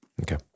Okay